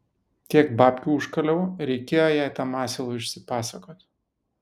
tiek babkių užkaliau reikėjo jai tam asilui išsipasakot